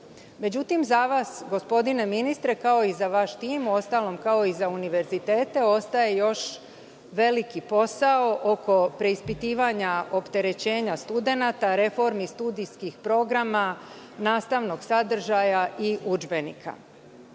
Međutim, za vas, gospodine ministre, kao i za vaš tim, uostalom, kao i za univerzitete, ostaje još veliki posao oko preispitivanja opterećenja studenata, reformi studijskih programa, nastavnog sadržaja i udžbenika.No,